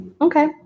Okay